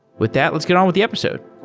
with that, let's get on with the episode.